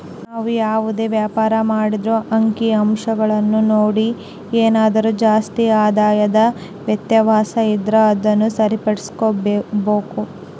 ನಾವು ಯಾವುದೇ ವ್ಯಾಪಾರ ಮಾಡಿದ್ರೂ ಅಂಕಿಅಂಶಗುಳ್ನ ನೋಡಿ ಏನಾದರು ಜಾಸ್ತಿ ಆದಾಯದ ವ್ಯತ್ಯಾಸ ಇದ್ರ ಅದುನ್ನ ಸರಿಪಡಿಸ್ಕೆಂಬಕು